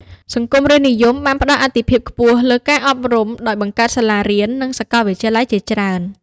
សង្គមរាស្រ្តនិយមបានផ្តល់អាទិភាពខ្ពស់លើការអប់រំ ដោយបង្កើតសាលារៀន និងសាកលវិទ្យាល័យជាច្រើន។